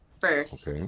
first